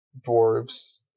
dwarves